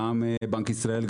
גם בנק ישראל,